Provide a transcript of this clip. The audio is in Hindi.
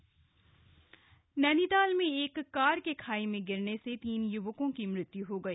नैनीताल दुर्घटना नैनीताल में एक कार के खाई में गिरने से तीन युवकों की मृत्यू हो गई